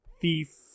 thief